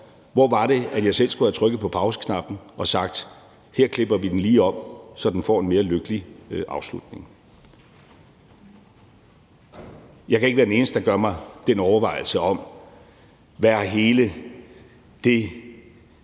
hvor det var, at jeg selv skulle have trykket på pauseknappen og sagt: Her klipper vi den lige om, så den får en mere lykkelig afslutning. Jeg kan ikke være den eneste, der gør mig den overvejelse om, hvad hele det